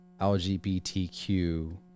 lgbtq